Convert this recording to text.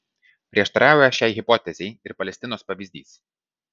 prieštarauja šiai hipotezei ir palestinos pavyzdys